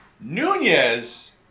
Nunez